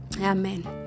amen